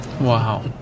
Wow